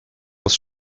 was